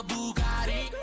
Bugatti